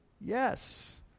yes